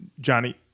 Johnny